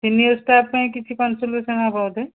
senior staff ପାଇଁ କିଛି consolation ହେବ ବୋଧେ